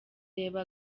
reba